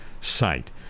site